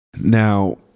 Now